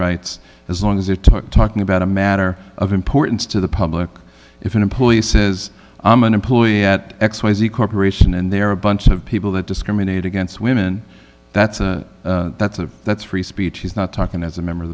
rights as long as it took talking about a matter of importance to the public if an employee says i'm an employee at x y z corporation and there are a bunch of people that discriminate against women that's a that's a that's free speech he's not talking as a member of